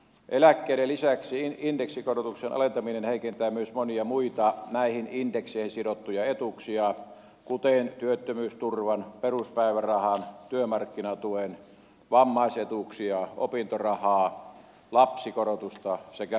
eläkkeiden lisäksi indeksikorotuksen alentaminen heikentää myös monia muita näihin indekseihin sidottuja etuuksia kuten työttömyysturvaa peruspäivärahaa työmarkkinatukea vammaisetuuksia opintorahaa lapsikorotusta sekä rintamalisää